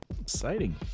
Exciting